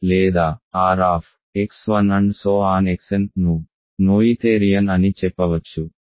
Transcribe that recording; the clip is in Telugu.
Xn ను నోయిథేరియన్ అని చెప్పవచ్చు